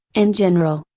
in general,